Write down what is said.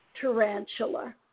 Tarantula